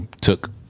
took